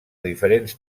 diferents